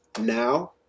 now